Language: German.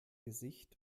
gesicht